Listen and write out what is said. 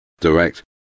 direct